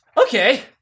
Okay